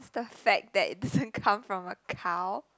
the fact that it doesn't come from a cow